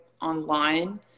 online